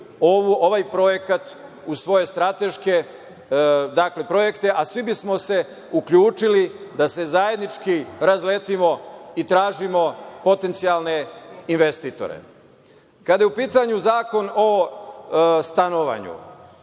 ovaj projekat u svoje strateške projekte, a svi bismo se uključili da se zajednički razletimo i tražimo potencijalne investitore. Kada je u pitanju Zakon o stanovanju,